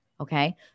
Okay